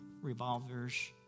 revolvers